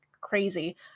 crazy